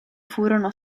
furono